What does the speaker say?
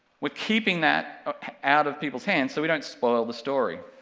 we're keeping that out of people's hands so we don't spoil the story,